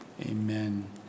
amen